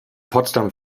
potsdam